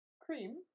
Cream